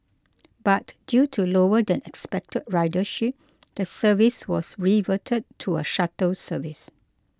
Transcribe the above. but due to lower than expected ridership the service was reverted to a shuttle service